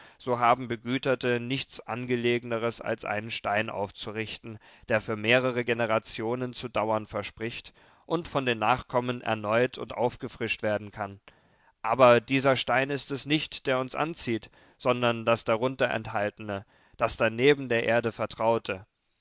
so haben begüterte nichts angelegeneres als einen stein aufzurichten der für mehrere generationen zu dauern verspricht und von den nachkommen erneut und aufgefrischt werden kann aber dieser stein ist es nicht der uns anzieht sondern das darunter enthaltene das daneben der erde vertraute